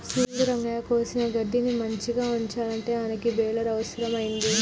సూడు రంగయ్య కోసిన గడ్డిని మంచిగ ఉంచాలంటే మనకి బెలర్ అవుసరం అయింది